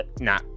nah